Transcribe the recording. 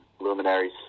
luminaries